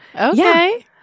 Okay